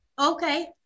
Okay